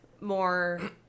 more